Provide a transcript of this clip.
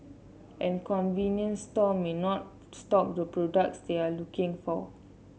and convenience store may not stock the products they are looking for